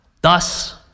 Thus